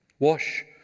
Wash